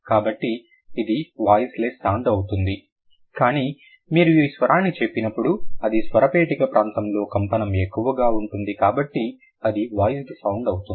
కాబట్టి ఇది voiceless sound అవుతుంది కానీ మీరు ఆ స్వరాన్ని చెప్పినప్పుడు అది స్వరపేటిక ప్రాంతంలో కంపనం ఎక్కువగా ఉంటుంది కాబట్టి ఇది వాయిస్డ్ సౌండ్ అవుతుంది